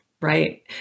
Right